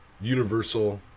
universal